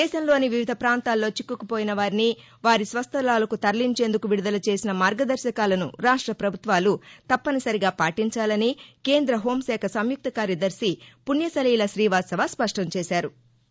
దేశంలోని వివిధ ప్రాంతాల్లో చిక్కుకుపోయిన వారిని వారి స్వస్థలాలకు తరలించేందుకు విడుదల చేసిన మార్గదర్శకాలను రాష్ట పభుత్వాలు తప్పనిసరిగా పాటించాలని కేంద్ర హోంశాఖ సంయుక్త కార్యదర్శి పుణ్యసలీల గ్రీవాత్సవ స్పష్టంచేశారు